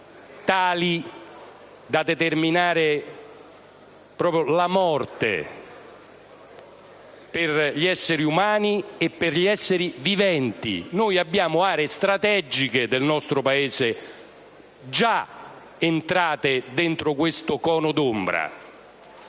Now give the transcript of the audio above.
tali da determinare la morte per gli esseri umani e per gli esseri viventi; abbiamo aree strategiche del nostro Paese già entrate in questo cono d'ombra.